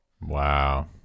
wow